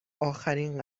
آخرین